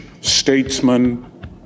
statesman